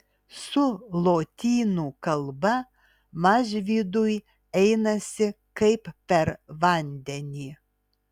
su lotynų kalba mažvydui einasi kaip per vandenį